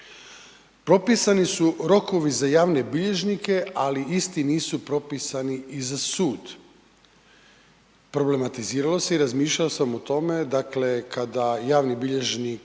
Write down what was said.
Propisani su rokovi za javne bilježnike, ali isti nisu propisani i za sud. Problematiziralo se i razmišljao sam o tome, dakle, kada javni bilježnik,